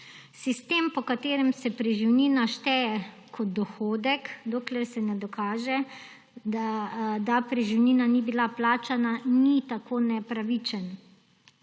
Sistem, po katerem se preživnina šteje kot dohodek, dokler se ne dokaže, da preživnina ni bila plačana, ni tako nepravičen.